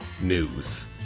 News